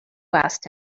asked